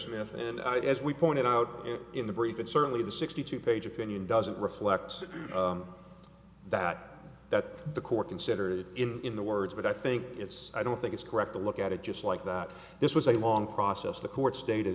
judge and as we pointed out in the brief and certainly the sixty two page opinion doesn't reflect that that the court considered him in the words but i think it's i don't think it's correct to look at it just like that this was a long process the court stated